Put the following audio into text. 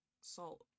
salt